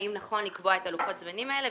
האם נכון לקבוע את לוחות הזמנים האלה.